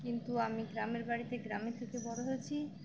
কিন্তু আমি গ্রামের বাড়িতে গ্রামে থেকে বড়ো হয়েছি